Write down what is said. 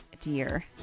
Dear